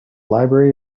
library